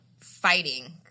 fighting